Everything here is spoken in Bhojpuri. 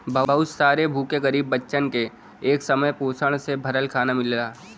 बहुत सारे भूखे गरीब बच्चन के एक समय पोषण से भरल खाना मिलला